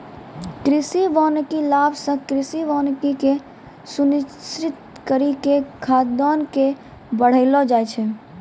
कृषि वानिकी लाभ से कृषि वानिकी के सुनिश्रित करी के खाद्यान्न के बड़ैलो जाय छै